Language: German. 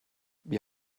wir